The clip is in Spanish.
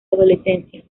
adolescencia